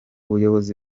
buyobozi